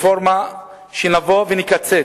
ונקצץ,